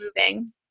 moving